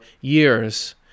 years